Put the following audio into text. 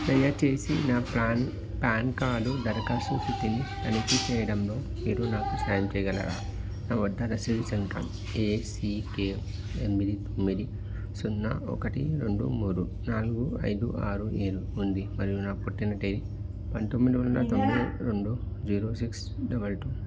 దయచేసి నా ప్రాన్ పాన్ కార్డు దరఖాస్తు స్థితిని తనిఖీ చేయడంలో మీరు నాకు సాయం చేయగలరా నా వద్ద రసీదు సంఖ్య ఏసీకె ఎనిమిది తొమ్మిది సున్నా ఒకటి రెండు మూడు నాలుగు ఐదు ఆరు ఏడు ఉంది మరియు నా పుట్టిన తేదీ పంతొమ్మిది వందల తొంభై రెండు జీరో సిక్స్ డబల్ టు